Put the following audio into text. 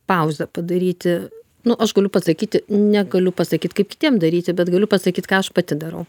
pauzę padaryti nu aš galiu pasakyti negaliu pasakyt kaip kitiem daryti bet galiu pasakyt ką aš pati darau